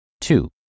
Two